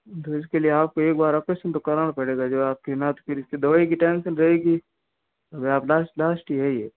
तो इसके लिए आपको एक बार आपको ऑपरेशन तो कराना पड़ेगा तो आपकी इसकी दवाई की टेंशन तो रहेंगी ही लास्ट लास्ट तो यही है